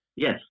Yes